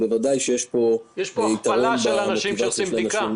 בוודאי שיש פה יתרון בנקודה הזאת.